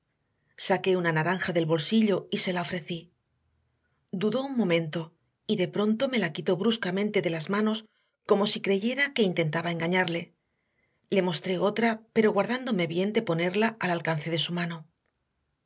saqué una naranja del bolsillo y se la ofrecí dudó un momento y de pronto me la quitó bruscamente de las manos como si creyera que intentaba engañarle le mostré otra pero guardándome bien de ponerla al alcance de su mano